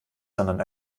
sondern